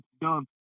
done